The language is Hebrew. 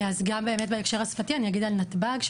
גם בהקשר השפתי אני אגיד על נתב"ג.